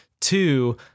two